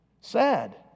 Sad